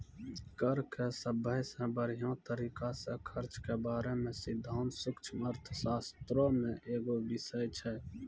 कर के सभ्भे से बढ़िया तरिका से खर्च के बारे मे सिद्धांत सूक्ष्म अर्थशास्त्रो मे एगो बिषय छै